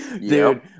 dude